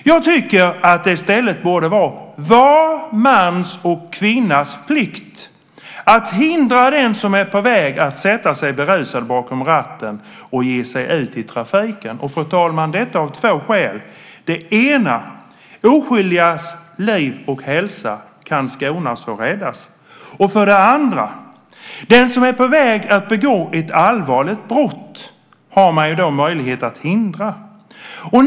Jag tycker att det i stället borde vara var mans och kvinnas plikt att hindra den som är på väg att sätta sig berusad bakom ratten och ge sig ut i trafiken. Fru talman! Detta tycker jag av två skäl. Det ena är att oskyldigas liv och hälsa kan skonas och räddas. Det andra är att man har möjlighet att hindra den som är på väg att begå ett allvarligt brott.